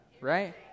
right